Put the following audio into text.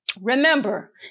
Remember